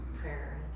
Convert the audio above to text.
prayer